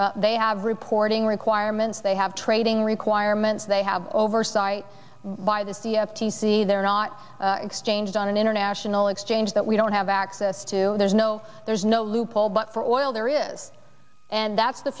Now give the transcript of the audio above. they have reporting requirements they have trading requirements they have oversight by this the f t c they're not exchanged on an international exchange that we don't have access to there's no there's no loophole but for oil there is and that's the